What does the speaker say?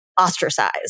ostracized